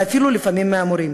ואפילו לפעמים מהמורים.